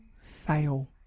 fail